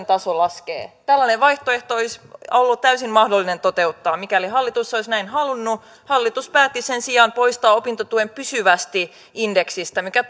taso laskee tällainen vaihtoehto olisi ollut täysin mahdollinen toteuttaa mikäli hallitus olisi näin halunnut hallitus päätti sen sijaan poistaa opintotuen pysyvästi indeksistä mikä